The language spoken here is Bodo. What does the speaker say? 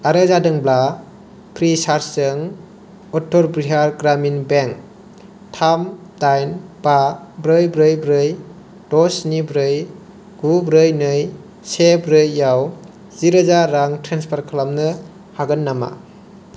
फ्रिसार्जजों उत्तर बिहार ग्रामिन बेंक थाम दाइन बा ब्रै ब्रै ब्रै द स्नि ब्रै गु ब्रै नै से ब्रैयाव जिरोजा रां ट्रेन्सफार खालामनो हागोन नामा